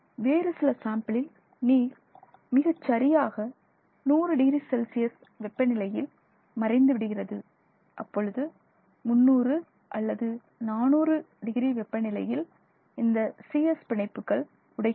வேறு சில சாம்பிளில் நீர் மிகச்சரியாக 100 டிகிரி செல்சியஸ் வெப்பநிலையில் மறைந்துவிடுகிறது அப்பொழுது 300 மற்றும் 400 டிகிரி வெப்பநிலையில் இந்த சிஎஸ் பிணைப்புகள் உடைகின்றன